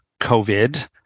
COVID